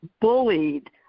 bullied